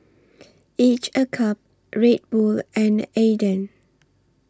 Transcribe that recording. Each A Cup Red Bull and Aden